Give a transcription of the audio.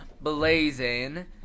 blazing